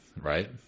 right